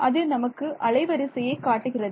அது நமக்கு அலைவரிசையை காட்டுகிறது